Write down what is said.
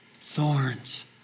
thorns